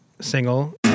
single